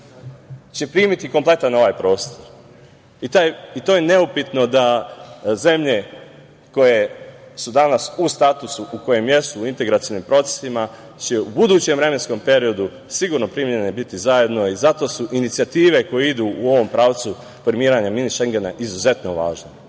će primiti kompletan ovaj prostor, i to je neupitno da zemlje koje su danas u statusu u kojem jesu u integracionim procesima u budućem vremenskom periodu sigurno biti primljene zajedno zbog inicijative koje idu u ovom pravcu formiranja mini Šengena izuzetno važna.